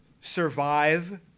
survive